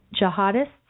Jihadists